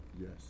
Yes